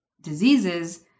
diseases